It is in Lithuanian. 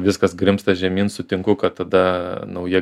viskas grimzta žemyn sutinku kad tada nauja